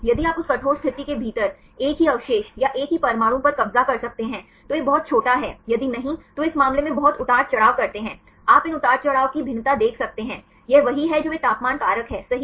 यदि आप उस कठोर स्थिति के भीतर एक ही अवशेष या एक ही परमाणु पर कब्जा कर सकते हैं तो यह बहुत छोटा है यदि नहीं तो वे इस मामले में बहुत उतार चढ़ाव करते हैं आप इन उतार चढ़ाव की भिन्नता देख सकते हैं यह वही है जो वे तापमान कारक है सही